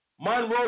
Monroe